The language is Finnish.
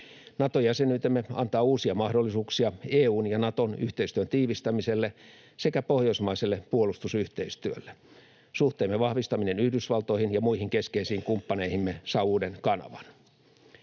Nato-jäsenyytemme antaa uusia mahdollisuuksia EU:n ja Naton yhteistyön tiivistämiselle sekä pohjoismaiselle puolustusyhteistyölle. Suhteemme vahvistaminen Yhdysvaltoihin ja muihin keskeisiin kumppaneihimme saa uuden kanavan.